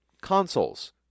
consoles